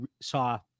saw